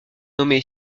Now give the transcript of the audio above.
nommée